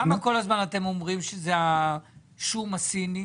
אז למה כל הזמן אומרים שזה רק השום הסיני?